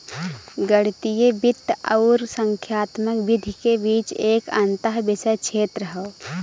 गणितीय वित्त आउर संख्यात्मक विधि के बीच एक अंतःविषय क्षेत्र हौ